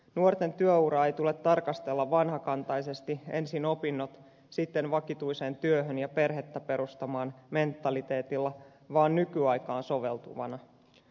nuorten työuraa ei tule tarkastella vanhakantaisesti ensin opinnot sitten vakituiseen työhön ja perhettä perustamaan mentaliteetilla vaan nykyaikaan soveltuvana